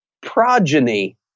progeny